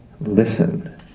listen